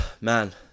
man